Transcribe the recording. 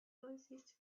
oasis